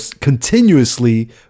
continuously